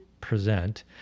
present